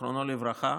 זיכרונו לברכה,